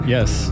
Yes